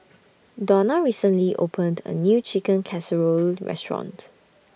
Donna recently opened A New Chicken Casserole Restaurant